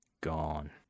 gone